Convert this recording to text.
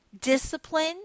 discipline